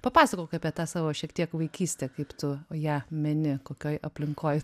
papasakok apie tą savo šiek tiek vaikystę kaip tu ją meni kokioj aplinkoj